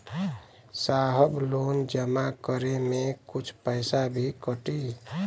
साहब लोन जमा करें में कुछ पैसा भी कटी?